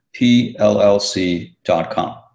pllc.com